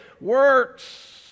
works